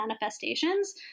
manifestations